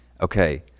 Okay